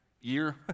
year